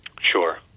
Sure